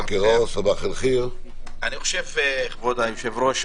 כבוד היושב-ראש,